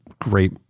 great